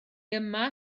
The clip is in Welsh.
yma